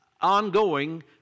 ongoing